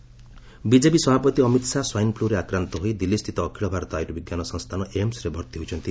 Shah swine flu BJP ସଭାପତି Amit Shah swine ଫ୍ଲରେ ଆକ୍ରାନ୍ତ ହୋଇ ଦିଲ୍ଲୀ ସ୍ଥିତ ଅଖିଳ ଭାରତ ଆୟୁର୍ବିଜ୍ଞାନ ସଂସ୍ଥାନ ଏମସ୍ରେ ଭର୍ତ୍ତି ହୋଇଛନ୍ତି